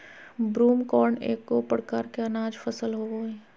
broomcorn एगो प्रकार के अनाज फसल होबो हइ